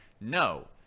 No